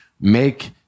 make